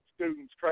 students